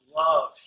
love